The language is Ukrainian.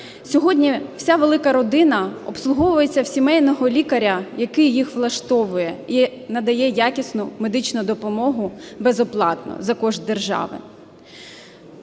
Сьогодні вся велика родина обслуговується у сімейного лікаря, який їх влаштовує і надає якісну медичну допомогу безоплатну за кошти держави.